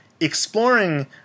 exploring